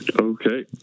okay